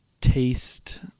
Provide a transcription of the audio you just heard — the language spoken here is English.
Taste